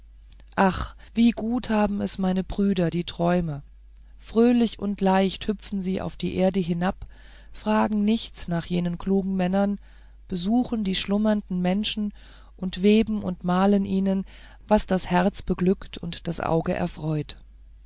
ach wie gut haben es meine brüder die träume fröhlich und leicht hüpfen sie auf die erde hinab fragen nichts nach jenen klugen männern besuchen die schlummernden menschen und weben und malen ihnen was das herz beglückt und das auge erfreut